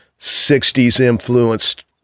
60s-influenced